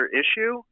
issue